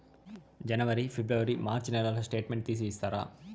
జనవరి, ఫిబ్రవరి, మార్చ్ నెలల స్టేట్మెంట్ తీసి ఇస్తారా?